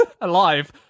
alive